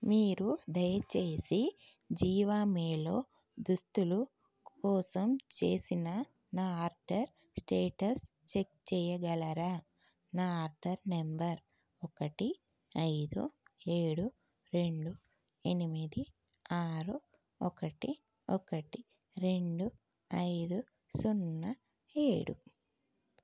మీరు దయచేసి జీవామేలో దుస్తులు కోసం చేసిన నా ఆర్డర్ స్టేటస్ చెక్ చేయగలరా నా ఆర్డర్ నెంబర్ ఒకటి ఐదు ఏడు రెండు ఎనిమిది ఆరు ఒకటి ఒకటి రెండు ఐదు సున్నా ఏడు